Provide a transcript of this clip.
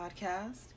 podcast